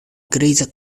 griza